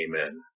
Amen